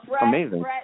amazing